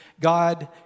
God